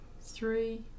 three